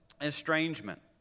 estrangement